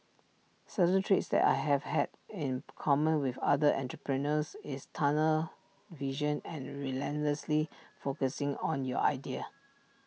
certain traits that I have had in common with other entrepreneurs is tunnel vision and relentlessly focusing on your idea